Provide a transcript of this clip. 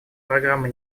программы